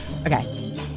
Okay